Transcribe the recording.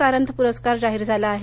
कारंथ पुरस्कार जाहीर झाला आहे